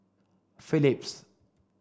Phillips